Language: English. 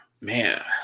Man